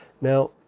Now